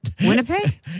Winnipeg